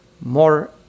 more